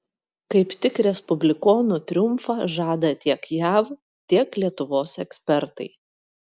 kaip tik respublikonų triumfą žada tiek jav tiek lietuvos ekspertai